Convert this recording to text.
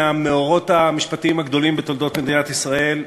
מהמאורות המשפטיים הגדולים בתולדות מדינת ישראל,